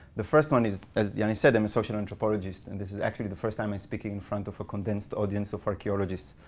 the first one is, as yannis said, i'm a social anthropologist. and this is actually the first time i speak in front of a condensed audience of archaeologists